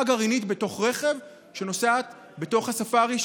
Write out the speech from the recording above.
גרעינית בתוך רכב נוסעת בתוך הספארי,